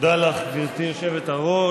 תודה לך, גברתי היושבת-ראש.